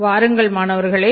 வாருங்கள் மாணவர்களே